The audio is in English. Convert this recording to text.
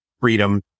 freedom